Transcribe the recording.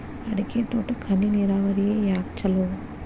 ಅಡಿಕೆ ತೋಟಕ್ಕ ಹನಿ ನೇರಾವರಿಯೇ ಯಾಕ ಛಲೋ?